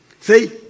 See